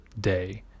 day